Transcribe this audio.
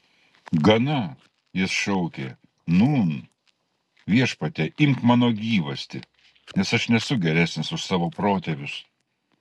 gana jis šaukė nūn viešpatie imk mano gyvastį nes aš nesu geresnis už savo protėvius